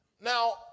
Now